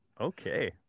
Okay